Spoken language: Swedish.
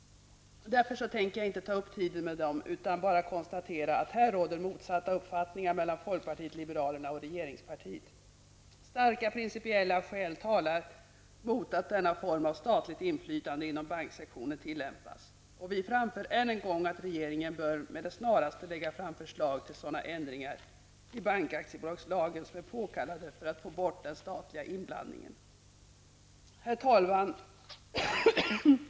Därför tänker jag inte ta upp tiden med dem, utan bara konstatera att här råder motsatta uppfattningar mellan folkpartiet liberalerna och regeringspartiet. Starka principiella skäl talar mot att denna form av statligt inflytande inom banksektorn tillämpas. Vi framför än en gång att regeringen med det snaraste bör lägga fram förslag till sådana ändringar i bankaktiebolagslagen som är påkallade för att få bort denna statliga inblandning. Herr talman!